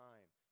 Time